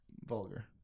vulgar